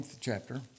chapter